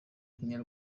kenya